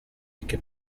che